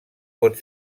pot